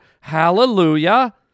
hallelujah